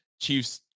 Chiefs